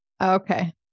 Okay